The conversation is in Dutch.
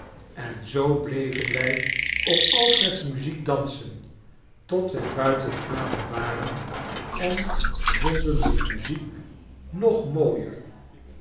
en zoo bleven wij op alfred's muziek dansen tot wij buiten adem waren en vonden de muziek nog mooier